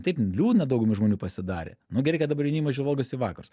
taip liūdna daugumai žmonių pasidarė nu gerai kad dabar jaunimas žvalgosi į vakarus